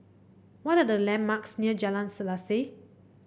what are the landmarks near Jalan Selaseh